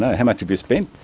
ah how much have you spent?